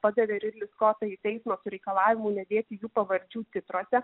padavė ridlį skotą į teismą su reikalavimu nedėti jų pavardžių titruose